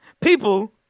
People